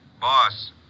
Boss